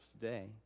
today